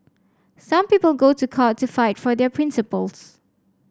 some people go to court to fight for their principles